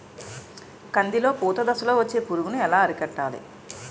కందిలో పూత దశలో వచ్చే పురుగును ఎలా అరికట్టాలి?